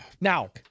Now